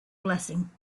blessing